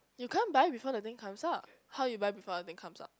you can't buy before the thing comes out how you buy before the thing comes out